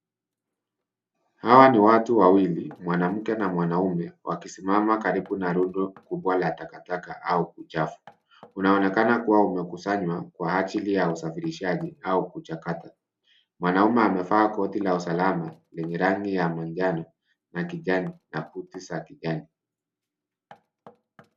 Hawa ni watu wawili, mwanamke na mwanaume , wakisimama karibu na rundo kubwa la takataka au uchafu. Unaonekana kuwa umekusanywa kwa ajili ya usafirishaji au kuchakata. Mwanaume amevaa koti la usalama lenye rangi ya manjano na kijani na buti za kijani.